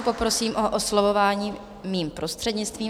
Poprosím o oslovování mým prostřednictvím.